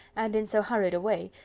and in so hurried a way,